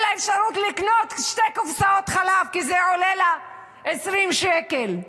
שבכתה שאין לה אפשרות לקנות שתי קופסאות חלב כי זה עולה לה 20 שקל.